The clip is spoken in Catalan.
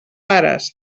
pares